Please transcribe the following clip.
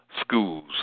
schools